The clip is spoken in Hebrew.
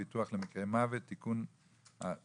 ביטוח למקרה מוות תיקון התשפ"ג.